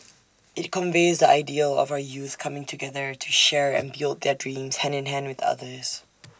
IT conveys the ideal of our youth coming together to share and build their dreams hand in hand with others